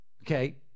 okay